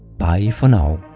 bye for now!